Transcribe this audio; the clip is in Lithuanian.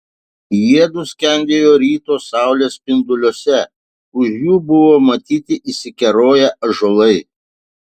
jiedu skendėjo ryto saulės spinduliuose už jų buvo matyti išsikeroję ąžuolai